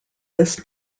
this